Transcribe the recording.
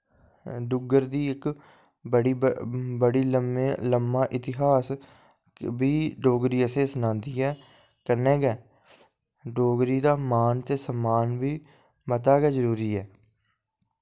डुग्गर दी इक बड़ा लम्मा इतिहास बी डोगरी असें सनांदी ऐ ते कन्नै गै डोगरी दा मान ते सम्मान बी मता गै जरूरी ऐ